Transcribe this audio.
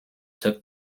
took